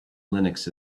linux